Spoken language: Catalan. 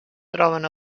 troben